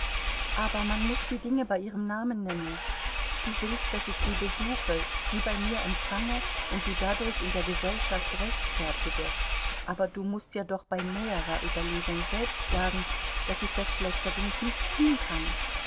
aber man muß die dinge bei ihrem namen nennen du willst daß ich sie besuche sie bei mir empfange und sie dadurch in der gesellschaft rechtfertige aber du mußt dir doch bei näherer überlegung selbst sagen daß ich das schlechterdings nicht tun kann